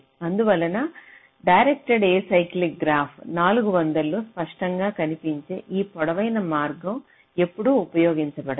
అందువలన directed acyclic graph 400 లో స్పష్టంగా కనిపించే ఈ పొడవైన మార్గం ఎప్పుడూ ఉపయోగించబడదు